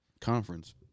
Conference